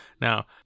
Now